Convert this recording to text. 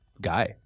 guy